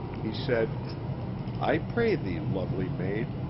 he said i pray thee, lovely maid,